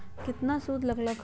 केतना सूद लग लक ह?